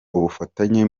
ubufatanye